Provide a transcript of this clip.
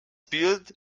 bild